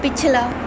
ਪਿਛਲਾ